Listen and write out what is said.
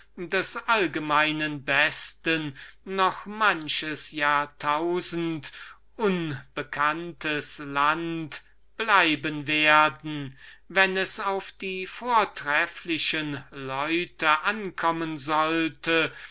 des allgemeinen besten noch manches jahr tausend unbekanntes land bleiben werden wenn es auf die vortrefflichen leute ankommen sollte